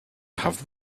have